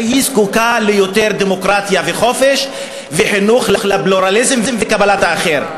היא זקוקה ליותר דמוקרטיה וחופש וחינוך לפלורליזם וקבלת האחר.